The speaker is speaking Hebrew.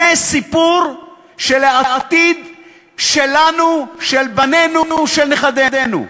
זה סיפור של העתיד שלנו, של בנינו, של נכדינו.